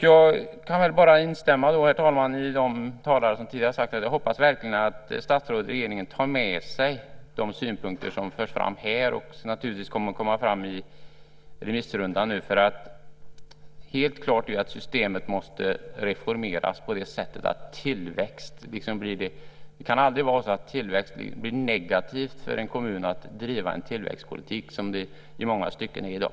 Jag kan bara instämma, herr talman, med de talare som tidigare har hoppats att statsrådet och regeringen verkligen tar med sig de synpunkter som förs fram här och som kommer att komma fram i remissrundan. Helt klart är att systemet måste reformeras. Det får aldrig vara så att det blir negativt för en kommun att driva en tillväxtpolitik, som det i många stycken är i dag.